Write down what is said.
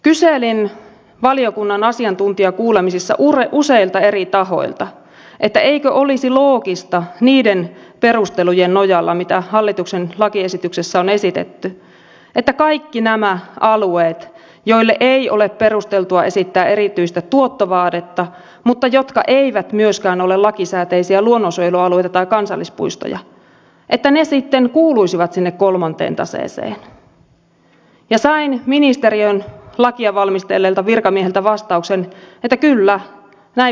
kyselin valiokunnan asiantuntijakuulemisissa useilta eri tahoilta eikö olisi loogista niiden perustelujen nojalla mitä hallituksen lakiesityksessä on esitetty että kaikki nämä alueet joille ei ole perusteltua esittää erityistä tuottovaadetta mutta jotka eivät myöskään ole lakisääteisiä luonnonsuojelualueita tai kansallispuistoja sitten kuuluisivat sinne kolmanteen taseeseen ja sain ministeriön lakia valmistelleilta virkamiehiltä vastauksen että kyllä näin voitaisiin tehdä